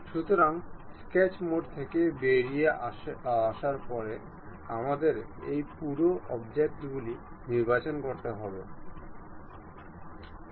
সুতরাং sketch mode থেকে বেরিয়ে আসার পরে আমাদের এই পুরো অবজেক্টটি নির্বাচন করতে হবে